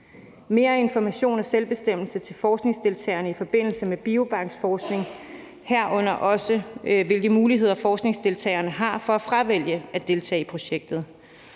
mere information og selvbestemmelse til forskningsdeltagerne i forbindelse med biobanksforskning, herunder også hvilke muligheder forskningsdeltagerne har for at fravælge at deltage i projektet;